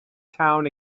town